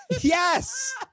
Yes